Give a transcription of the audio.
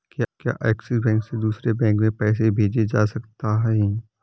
क्या Axis bank से दूसरे बैंक में पैसे भेजे जा सकता हैं?